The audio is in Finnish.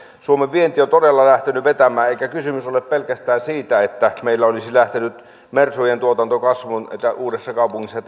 suomen vienti on todella lähtenyt vetämään eikä kysymys ole pelkästään siitä että meillä on lähtenyt mersujen tuotanto kasvuun uudessakaupungissa